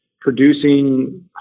producing